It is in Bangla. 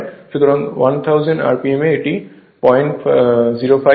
সুতরাং 1000 rpm এ এটি 005 হবে